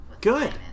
Good